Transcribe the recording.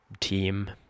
team